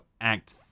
act